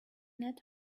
ned